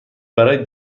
برای